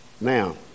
Now